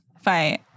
fight